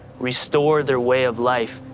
restore their way of life,